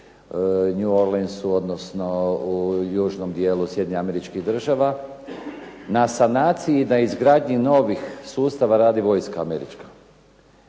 New Orleansu, odnosno u južnom dijelu Sjedinjenih Američkih Država. Na sanaciji, na izgradnji novih sustava radi vojska američka.